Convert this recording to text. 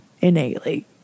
innately